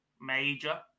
major